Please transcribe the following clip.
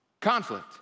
conflict